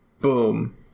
boom